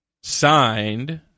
signed